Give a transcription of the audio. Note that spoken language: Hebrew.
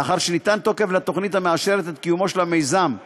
לאחר שניתן תוקף לתוכנית המאשרת את קיומו של המיזם במקרקעין,